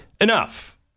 enough